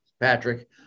Patrick